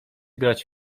grać